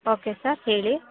okay sir ಹೇಳಿ